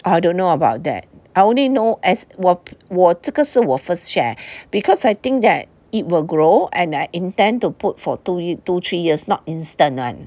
I don't know about that I only know as 我我这个是我 first share because I think that it will grow and I intend to put for two two three years not instant [one]